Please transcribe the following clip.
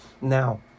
now